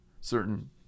certain